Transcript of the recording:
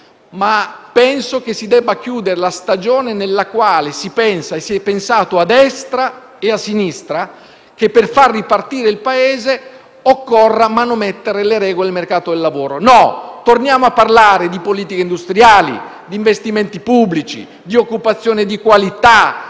invece, che si debba chiudere la stagione nella quale si pensa e si è pensato, a destra e a sinistra, che, per far ripartire il Paese, occorra manomettere le regole del mercato del lavoro. No, torniamo a parlare di politiche industriali, di investimenti pubblici, di occupazione di qualità,